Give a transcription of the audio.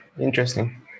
interesting